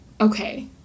Okay